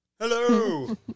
Hello